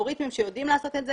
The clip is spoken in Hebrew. אלגוריתמים שיודעים לעשות את זה.